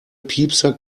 piepser